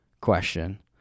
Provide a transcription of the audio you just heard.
question